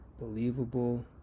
believable